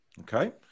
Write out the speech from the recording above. Okay